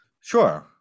Sure